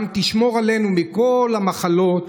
גם תשמור עלינו מכל המחלות,